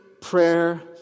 prayer